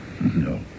No